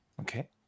Okay